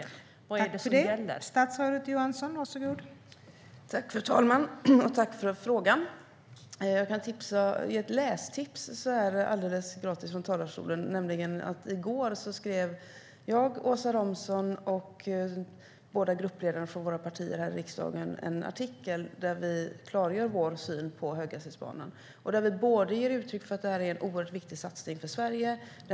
Vad är det som gäller?